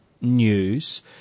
news